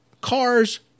cars